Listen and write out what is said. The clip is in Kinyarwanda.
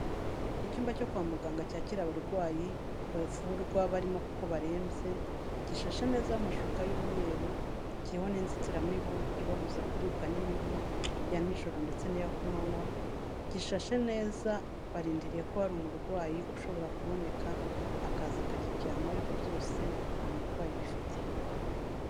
Icyumba cyo kwa muganga cyakira abarwayi bavurwa abarimo kuko barembye, gishashe neza amashuka y'umweru kiriho inzitiramibu ibabuza kuribwa n'imibu ya nijoro ndetse n'iyo kumanywa, gishashe neza barindiriye ko hari umurwayi ushobora kuboneka akaza akakiryamaho ariko byose nta murwayi bifite.